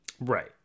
Right